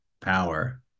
power